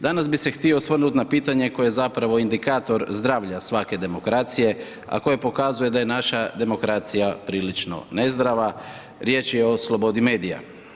Danas bih se htio osvrnut na pitanje koje je zapravo indikator zdravlja svake demokracije, a koje pokazuje da je naša demokracija prilično nezdrava, riječ je o slobodi medija.